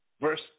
Verse